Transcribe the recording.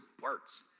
words